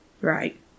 right